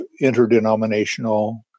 interdenominational